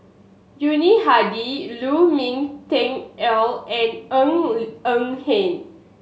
Yuni Hadi Lu Ming Teh Earl and Ng Eng Hen